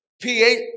pH